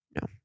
No